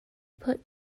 put